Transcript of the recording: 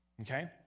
okay